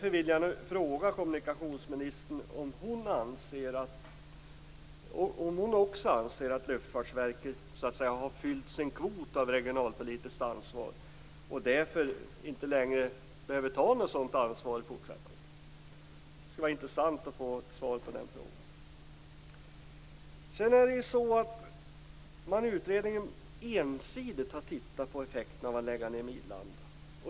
Jag vill fråga kommunikationsministern om hon också anser att Luftfartsverket har fyllt sin kvot av regionalpolitiskt ansvar och därför inte behöver ta något sådant ansvar i fortsättningen. Det skulle vara intressant att få ett svar på den frågan. Utredningen har ensidigt tittat på effekterna av att lägga ned Midlanda.